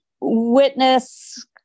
witness